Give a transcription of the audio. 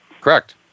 Correct